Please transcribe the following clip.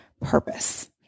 purpose